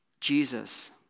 Jesus